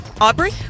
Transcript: Aubrey